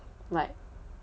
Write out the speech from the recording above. [what]